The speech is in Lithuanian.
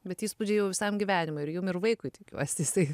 bet įspūdžiai jau visam gyvenimui ir jum ir vaikui tikiuosi jisai